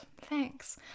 Thanks